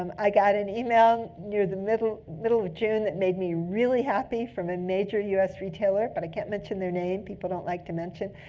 um i got an email near the middle middle of june that made me really happy from a major us retailer, but i can't mention their name. people don't like to mention.